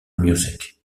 music